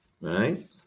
Right